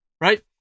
right